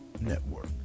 Network